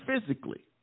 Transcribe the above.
physically